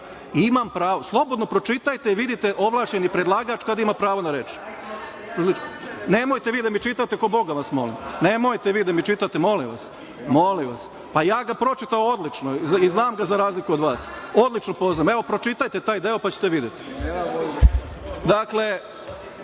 – 11.30Slobodno pročitajte i vidite ovlašćeni predlagač kada ima pravo na reč. Nemojte vi da mi čitate, ko Boga vas molim. Nemojte vi da mi čitate, molim vas, pa ja ga pročitao odlično i znam ga za razliku od vas, odlično poznajem. Evo, pročitajte taj deo, pa ćete videti. Dakle,